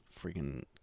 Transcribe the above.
freaking